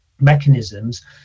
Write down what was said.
mechanisms